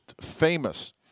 famous